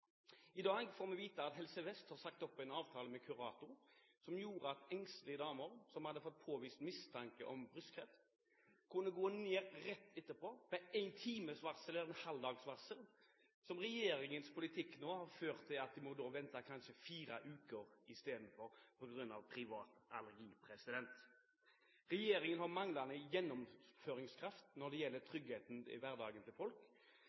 I dag får vi vite at Helse Vest har sagt opp en avtale med Curato – en avtale som gjorde at engstelige damer som hadde fått påvist mistanke om brystkreft, kunne gå ned dit rett etterpå – med én times eller en halv dags varsel. Men nå har regjeringens politikk ført til at de i stedet må vente i kanskje fire uker på grunn av privat allergi. Regjeringen har manglende gjennomføringskraft når det gjelder